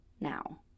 now